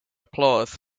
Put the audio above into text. applause